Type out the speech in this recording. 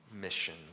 mission